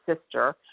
sister